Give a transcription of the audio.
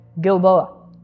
Gilboa